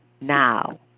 Now